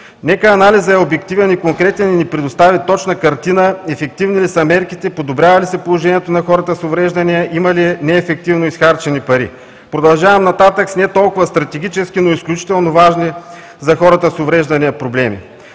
Нека анализът е обективен и конкретен и ни предостави точна картина ефективни ли са мерките, подобрява ли се положението на хората с увреждания, има ли неефективно изхарчени пари. Продължавам нататък с не толкова стратегически, но изключително важни за хората с увреждания проблеми.